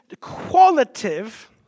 qualitative